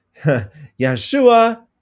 Yeshua